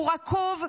הוא רקוב,